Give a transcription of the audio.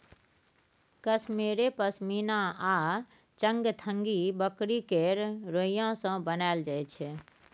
कश्मेरे पश्मिना आ चंगथंगी बकरी केर रोइयाँ सँ बनाएल जाइ छै